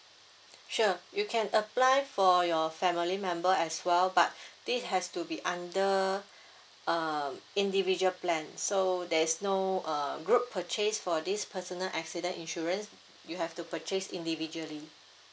sure you can apply for your family member as well but this has to be under uh individual plan so there's no err group purchase for this personal accident insurance you have to purchase individually